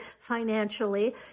financially